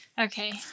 Okay